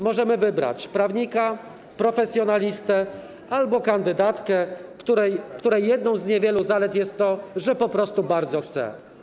Możemy wybrać prawnika, profesjonalistę albo kandydatkę, której jedną z niewielu zalet jest to, że po prostu bardzo chce.